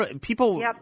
People